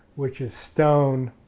which is stone,